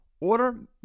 Order